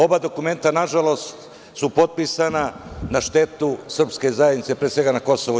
Oba dokumenta, nažalost, su potpisana na štetu srpske zajednice, pre svega na KiM.